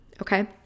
okay